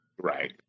Right